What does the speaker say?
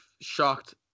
shocked